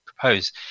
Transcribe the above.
propose